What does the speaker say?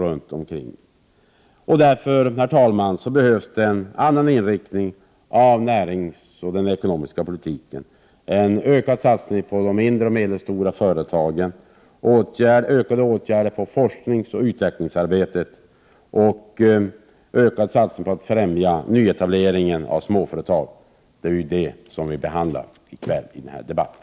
Det behövs därför, herr talman, en annan inriktning av både näringspolitiken och den ekonomiska politiken, en ökad satsning på de mindre och medelstora företagen, fler åtgärder när det gäller forskningsoch utvecklingsarbetet samt en ökad satsning på nyetablering av småföretag. Det är ju detta som behandlas i debatten här i kväll.